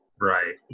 Right